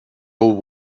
old